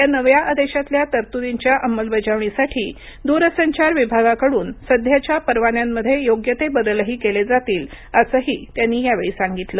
या नव्या आदेशातल्या तरतुर्दीच्या अंमलबजावणीसाठी दूरसंचार विभागाकडून सध्याच्या परवान्यांमध्ये योग्य ते बदलही केले जातील असंही त्यांनी यावेळी सांगितलं